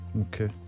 Okay